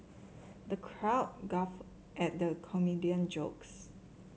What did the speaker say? the crowd guffawed at the comedian jokes